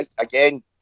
Again